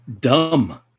dumb